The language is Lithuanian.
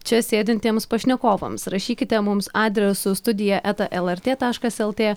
čia sėdintiems pašnekovams rašykite mums adresu studija eta lrt taškas lt